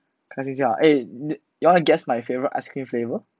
开心就好 eh you want to guess my favourite ice cream flavour